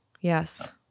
yes